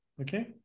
Okay